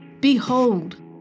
Behold